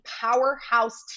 powerhouse